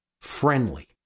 friendly